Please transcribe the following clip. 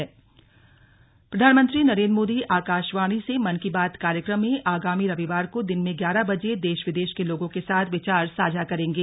slug मन की बात प्रधानमंत्री नरेन्द्र मोदी आकाशवाणी से मन की बात कार्यक्रम में आगामी रविवार को दिन में ग्यारह बजे देश विदेश के लोगों के साथ विचार साझा करेंगे